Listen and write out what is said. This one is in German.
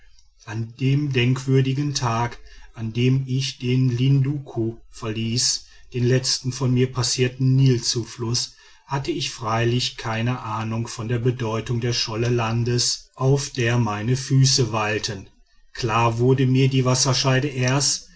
an dem denkwürdigen tag an dem ich den linduku verließ den letzten von mir passierten nilzufluß hatte ich freilich keine ahnung von der bedeutung der scholle landes auf der meine füße weilten klar wurde mir die wasserscheide erst